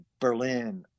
Berlin